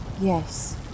Yes